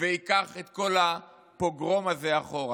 שייקח את כל הפוגרום הזה אחורה.